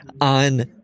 on